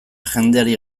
jendeari